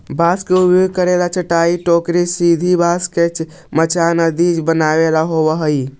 बाँस के उपयोग करके चटाई, टोकरी, सीढ़ी, बाँस के मचान आदि बनावे में होवऽ हइ